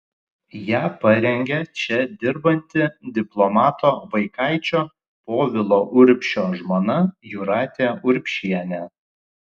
ją parengė čia dirbanti diplomato vaikaičio povilo urbšio žmona jūratė urbšienė